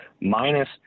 minus